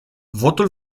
votul